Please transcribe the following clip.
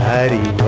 Hari